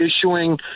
issuing